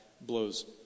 blows